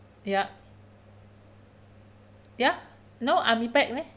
yup ya no leh